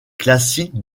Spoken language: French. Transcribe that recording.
classiques